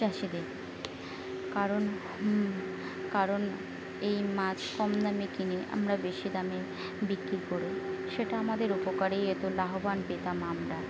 চাষিদের কারণ কারণ এই মাছ কম দামে কিনে আমরা বেশি দামে বিক্রি করি সেটা আমাদের উপকারেই এতো লাভবান পেতাম আমরা